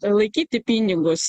laikyti pinigus